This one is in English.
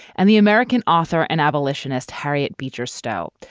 and the american author and abolitionist harriet beecher stowe.